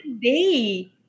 day